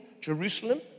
Jerusalem